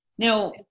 Now